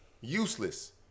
useless